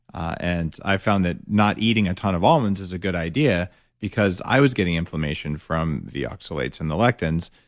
and i found that not eating a ton of almonds is a good idea because i was getting inflammation from the oxalates and the lectins